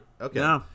okay